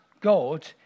God